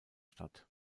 statt